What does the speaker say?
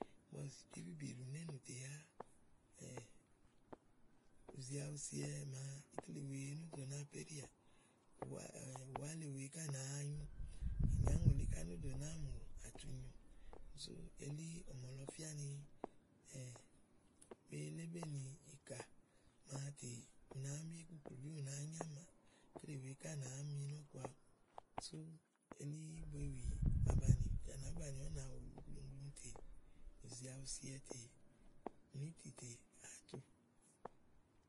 ígbɔ ɔwɔ zì tu ìbìbì ɖù néènù tè yáà ù zi awu siɔwɛ màa ikle wèe nó dò nàáa pédià ù wà le, ù wá le wèe ká nàá nyúù. Ìnyáŋòlí ká nó dò nàá mù àtu nyuu sú elí ɔ̀mɔ̀ lɔ fia ni be lébénì íka màa tè ù nàá mi íkuklùbí ù nàá nyàmàá, ikle wèe ká nàá mi nɔ̀ku sú elí ba báni té ú nà wulu glogloŋ tè ù zi awu si ɔwɛ tè mlìí̧tì wèe tè àá tu.